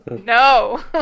No